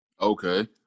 Okay